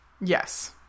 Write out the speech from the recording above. yes